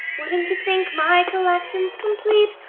wouldn't you think my collection's complete?